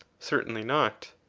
certainly not.